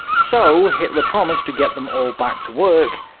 so hitler promised to get them all back to work,